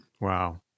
Wow